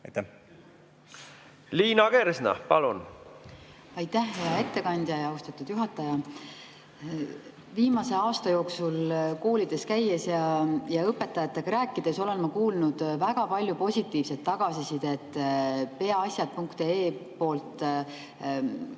teha. Liina Kersna, palun! Aitäh, hea ettekandja! Austatud juhataja! Viimase aasta jooksul koolides käies ja õpetajatega rääkides olen ma kuulnud väga palju positiivset tagasisidet Peaasi.ee poolt